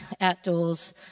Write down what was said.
outdoors